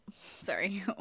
Sorry